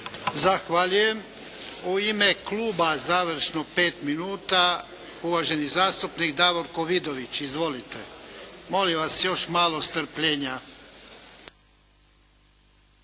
Zahvaljujem. U ime kluba, završno pet minuta, uvaženi zastupnik Davorko Vidović. Izvolite. Molim vas, još malo strpljenja.